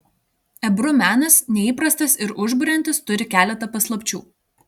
ebru menas neįprastas ir užburiantis turi keletą paslapčių